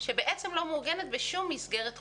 שבעצם לא מעוגנת בשום מסגרת חוקית.